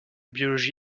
biologie